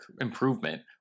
improvement